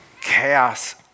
chaos